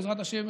שבעזרת השם,